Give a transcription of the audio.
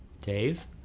dave